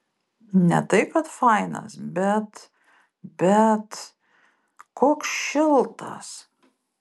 ne tai kad fainas bet bet koks šiltas